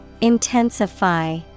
Intensify